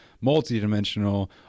multi-dimensional